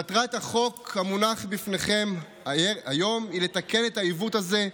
מטרת הצעת החוק המונחת בפניכם היום היא לתקן את העיוות הזה,